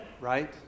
Right